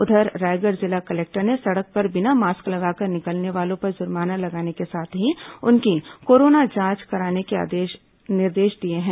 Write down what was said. उधर रायगढ़ जिला कलेक्टर ने सड़क पर बिना मास्क लगाकर निकलने वालों पर जुर्माना लगाने के साथ ही उनकी कोरोना जांच कराने के निर्देश दिए हैं